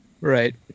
Right